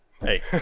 Hey